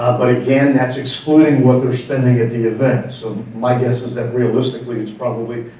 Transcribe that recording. but again that's excluding what they're spending at the event. so my guess is that realistically it's probably,